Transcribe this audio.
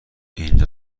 اینجا